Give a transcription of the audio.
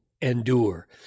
endure